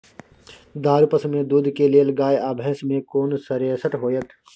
दुधारू पसु में दूध के लेल गाय आ भैंस में कोन श्रेष्ठ होयत?